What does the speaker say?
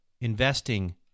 investing